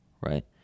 right